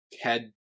head